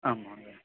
आं महोदय